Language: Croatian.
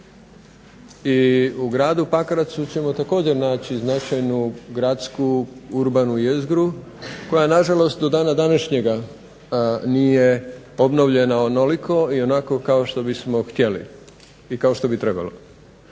I u gradu Pakracu ćemo također naći značajnu gradsku urbanu jezgru koja nažalost do dana današnjega nije obnovljena onoliko i onako kao što bismo htjeli i kao što bi trebalo.